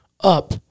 up